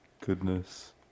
Goodness